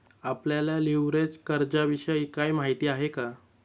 आपल्याला लिव्हरेज कर्जाविषयी काही माहिती आहे का?